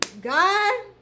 God